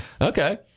okay